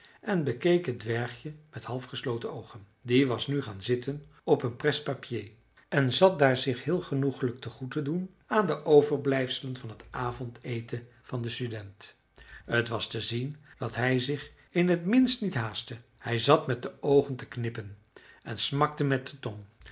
en bekeek het dwergje met halfgesloten oogen die was nu gaan zitten op een presse-papier en zat daar zich heel genoegelijk te goed te doen aan de overblijfselen van het avondeten van den student t was te zien dat hij zich in het minst niet haastte hij zat met de oogen te knippen en smakte met de tong